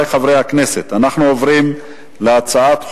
בעד,